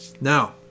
Now